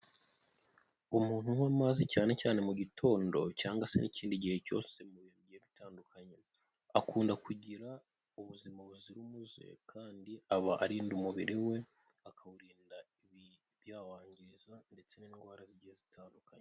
Umuntu unywa amazi cyane cyane mu gitondo cyangwa se n'ikindi gihe cyose mu bihe bigiye bitandukanye, akunda kugira ubuzima buzira umuze kandi aba arinda umubiri we, akawurinda ibyawangiza ndetse n'indwara zigiye zitandukanye.